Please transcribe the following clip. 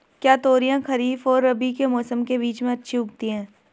क्या तोरियां खरीफ और रबी के मौसम के बीच में अच्छी उगती हैं?